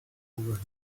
over